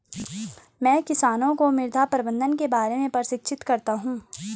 मैं किसानों को मृदा प्रबंधन के बारे में प्रशिक्षित करता हूँ